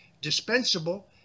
dispensable